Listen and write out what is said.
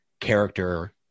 character